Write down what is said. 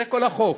זה כל החוק.